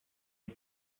you